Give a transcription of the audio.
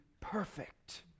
perfect